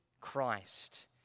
Christ